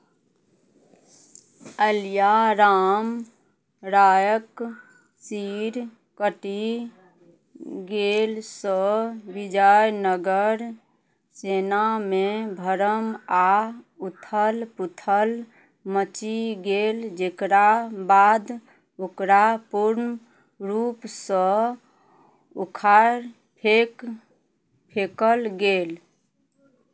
अलिया राम रायक शिर कटि गेलसँ विजयनगर सेनामे भरम आ उथल पुथल मचि गेल जकरा बाद ओकरा पूर्ण रूपसँ उखाड़ि फेक फेकल गेल